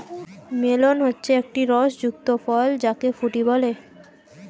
melon হচ্ছে একটি রস যুক্ত ফল যাকে ফুটি বলে